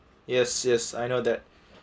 yes yes I know that